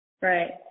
right